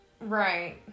Right